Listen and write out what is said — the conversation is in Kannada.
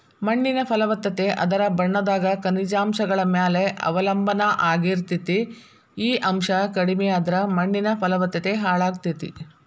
ಮಣ್ಣಿನ ಫಲವತ್ತತೆ ಅದರ ಬಣ್ಣದಾಗ ಖನಿಜಾಂಶಗಳ ಮ್ಯಾಲೆ ಅವಲಂಬನಾ ಆಗಿರ್ತೇತಿ, ಈ ಅಂಶ ಕಡಿಮಿಯಾದ್ರ ಮಣ್ಣಿನ ಫಲವತ್ತತೆ ಹಾಳಾಗ್ತೇತಿ